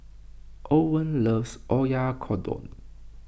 Owen loves Oyakodon